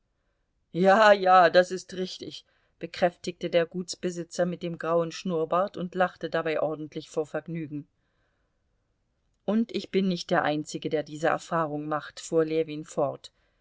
ja ja das ist richtig bekräftigte der gutsbesitzer mit dem grauen schnurrbart und lachte dabei ordentlich vor vergnügen und ich bin nicht der einzige der diese erfahrung macht fuhr ljewin fort